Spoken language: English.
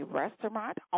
restaurant